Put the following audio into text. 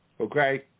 Okay